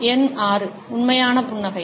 எண் 6 உண்மையான புன்னகை